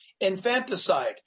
infanticide